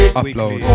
upload